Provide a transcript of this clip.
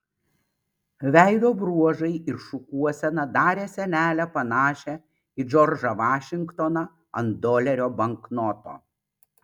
veido bruožai ir šukuosena darė senelę panašią į džordžą vašingtoną ant dolerio banknoto